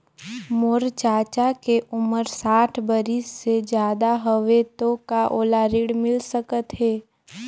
मोर चाचा के उमर साठ बरिस से ज्यादा हवे तो का ओला ऋण मिल सकत हे?